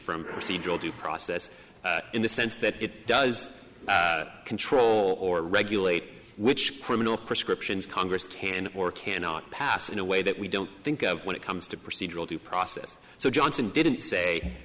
procedural due process in the sense that it does control or regulate which criminal prescriptions congress can or cannot pass in a way that we don't think of when it comes to procedural due process so johnson didn't say